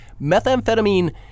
methamphetamine